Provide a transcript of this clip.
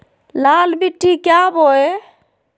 लाल मिट्टी क्या बोए?